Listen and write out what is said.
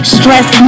stress